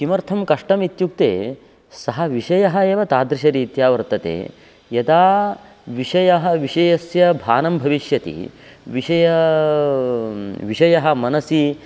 किमर्थं कष्टम् इत्युक्ते सः विषयः एव तादृशरीत्या वर्तते यदा विषयः विषयस्य भानं भविष्यति विषयः विषयः मनसि